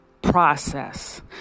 process